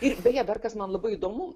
ir beje dar kas man labai įdomu